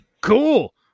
cool